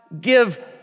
give